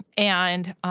and,